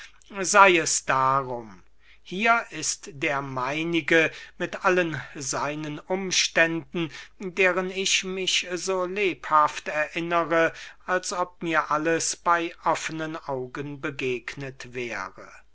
sey es darum hier ist der meinige mit allen seinen umständen deren ich mich so lebhaft erinnere als ob mir alles bey offnen augen begegnet wäre